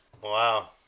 Wow